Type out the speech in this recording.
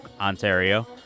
Ontario